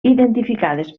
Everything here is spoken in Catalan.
identificades